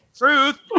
truth